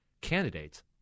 candidates